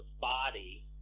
body